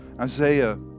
Isaiah